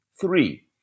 Three